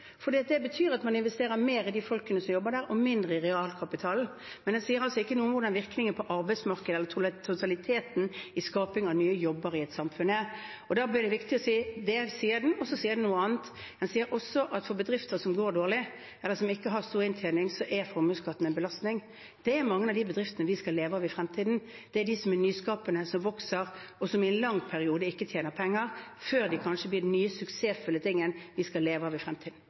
det betyr at man investerer mer i de folkene som jobber der, og mindre i realkapitalen. Men rapporten sier altså ikke noe om hvordan virkningen på arbeidsmarkedet og totaliteten i skaping av nye jobber i et samfunn er. Og da blir det viktig å si at det sier den, og så sier den noe annet. Den sier også at for bedrifter som går dårlig, eller som ikke har stor inntjening, er formuesskatten en belastning. Det gjelder mange av de bedriftene vi skal leve av i fremtiden. Det er de som er nyskapende, som vokser, og som i en lang periode ikke tjener penger, før de kanskje blir den nye suksessfulle tingen vi skal leve av i fremtiden.